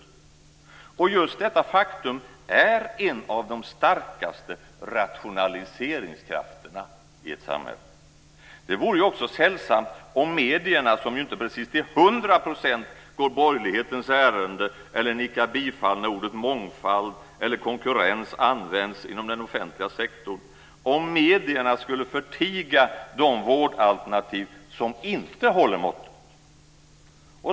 Och just detta faktum är en av de starkaste rationaliseringskrafterna i ett samhälle. Det vore också sällsamt om medierna, som ju inte precis till hundra procent går borgerlighetens ärende eller nickar bifall när ordet mångfald eller konkurrens används inom den offentliga sektorn, skulle förtiga de vårdalternativ som inte håller måttet.